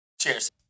cheers